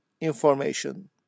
information